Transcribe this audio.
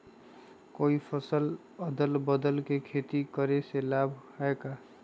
कोई फसल अदल बदल कर के खेती करे से लाभ है का?